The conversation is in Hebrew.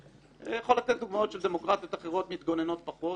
יכול לתת דוגמאות של דמוקרטיות אחרות מתגוננות פחות,